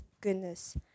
goodness